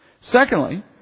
Secondly